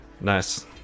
Nice